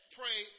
pray